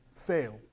fail